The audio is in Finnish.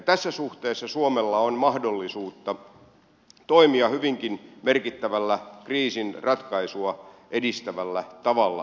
tässä suhteessa suomella on mahdollisuus toimia hyvinkin merkittävällä kriisin ratkaisua edistävällä tavalla